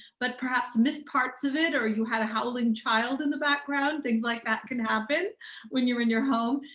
but perhaps missed parts of it, or you had a howling child in the background, things like that can happen when you're in your home.